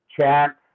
chance